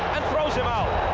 and throws him out.